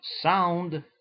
sound